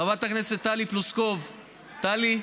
חברת הכנסת טלי פלוסקוב, טלי,